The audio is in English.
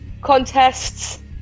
contests